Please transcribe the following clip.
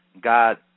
God